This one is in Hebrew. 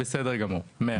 בסדר גמור, מאה אחוז.